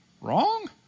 Wrong